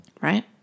right